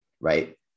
right